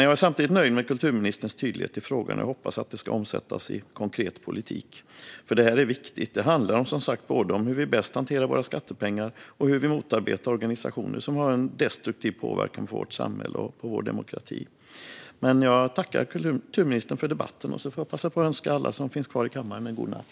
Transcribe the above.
Jag är samtidigt nöjd med kulturministerns tydlighet i frågan och hoppas att den ska omsättas i konkret politik, för detta är viktigt. Det handlar som sagt både om hur vi bäst hanterar våra skattepengar och om hur vi motarbetar organisationer som har en destruktiv påverkan på vårt samhälle och vår demokrati. Jag tackar kulturministern för debatten och får passa på att önska alla som finns kvar i kammaren en god natt!